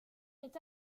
est